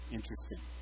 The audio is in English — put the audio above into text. Interesting